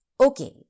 Okay